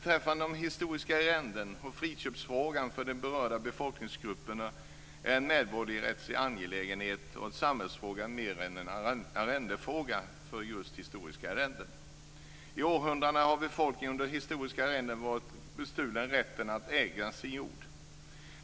Frågan om de historiska arrendena och friköpen är för de berörda befolkningsgrupperna mer en medborgarrättslig angelägenhet och en samhällsfråga än en arrendefråga. I århundraden har befolkningen med de historiska arrendena varit bestulen rätten att äga sin jord.